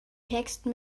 texte